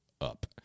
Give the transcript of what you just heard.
up